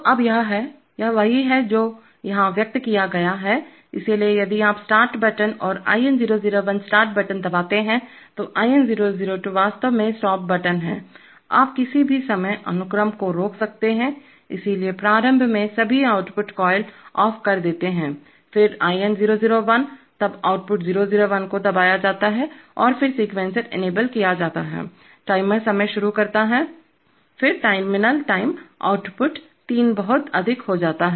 अब तो यह है यह वही है जो यहां व्यक्त किया गया है इसलिए यदि आप स्टार्ट बटन और IN001 स्टार्ट बटन दबाते हैं तो IN002 वास्तव में स्टॉप बटन है आप किसी भी समय अनुक्रम को रोक सकते हैं इसलिए प्रारंभ में सभी आउटपुट कॉइल ऑफ कर देते हैं फिर IN001 तब आउटपुट 001 को दबाया जाता है और फिर सेकेन्सर इनेबल किया जाता है टाइमर समय शुरू करता है फिर टर्मिनल टाइम आउटपुट तीन बहुत अधिक हो जाता है